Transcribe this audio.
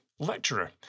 lecturer